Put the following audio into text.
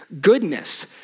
goodness